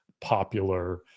popular